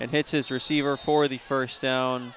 and hits his receiver for the first stone